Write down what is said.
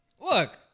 Look